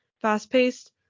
Fast-paced